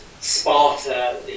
Sparta